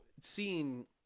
seeing